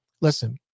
listen